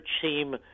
team